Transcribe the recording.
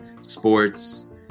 sports